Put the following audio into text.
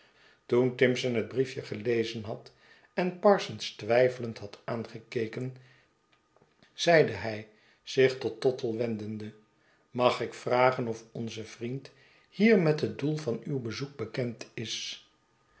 toen timson het briefje gelezen had en parsons twijfelend had aangekeken zeide hij zich tot tottle wendende mag ik vragen of onze vriend hier met het doel van uw bezoek bekend is